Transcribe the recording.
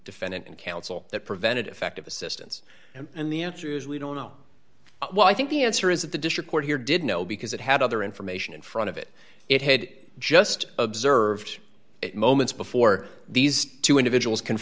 defendant and counsel that prevented effective assistance and the answer is we don't know why i think the answer is that the district court here did know because it had other information in front of it it had just observed it moments before these two individuals